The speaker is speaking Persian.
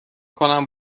کنم